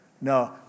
No